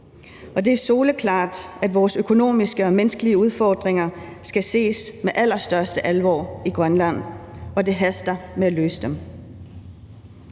Det er soleklart, at vores økonomiske og menneskelige udfordringer skal ses med allerstørste alvor i Grønland, og det haster med at løse dem.